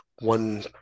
one